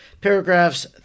Paragraphs